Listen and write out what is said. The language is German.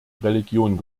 religion